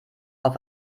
auf